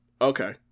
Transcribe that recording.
Okay